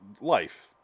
life